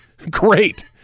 Great